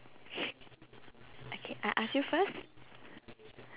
okay I ask you first